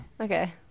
Okay